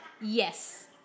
yes